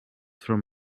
from